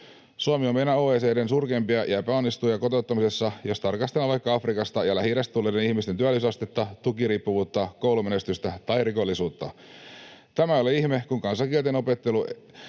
Suomi on meinaan OECD:n surkeimpia epäonnistujia kotouttamisessa, jos tarkastellaan vaikka Afrikasta ja Lähi-idästä tulleiden ihmisten työllisyysastetta, tukiriippuvuutta, koulumenestystä tai rikollisuutta. Tämä ei ole ihme, kun kansan kielten opettelua